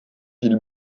vie